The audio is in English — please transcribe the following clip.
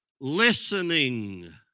listening